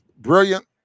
brilliant